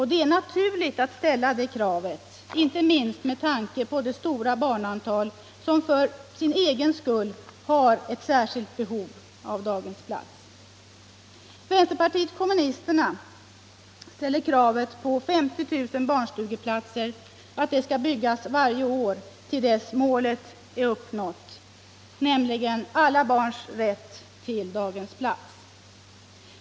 Det är naturligt att ställa det kravet, inte minst med tanke på det stora barnantal som för sin egen skull har särskilt behov av daghemsplats. Vänsterpartiet kommunisterna kräver att 50 000 barnstugeplatser skall byggas varje år till dess målet är uppnått: alla barns rätt till daghemsplats.